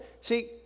See